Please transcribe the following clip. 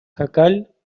jacal